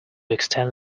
extend